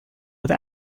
with